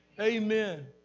Amen